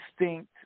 instinct